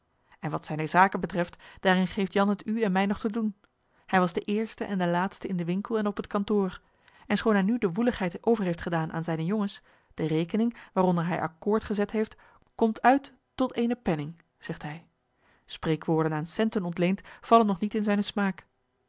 en wat zijne zaken betreft daarin geeft jan het u en mij nog te doen hij was de eerste en de laatste in den winkel en op het kantoor en schoon hij nu de woeligheid over heeft gedaan aan zijne jongens de rekening waaronder hij accoord gezet heeft komt uit tot eenen penning zegt hij spreekwoorden aan centen ontleend vallen nog niet in zijnen smaak